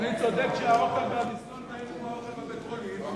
אדוני צודק שהאוכל במזנון טעים מהאוכל בבית-חולים,